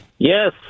Yes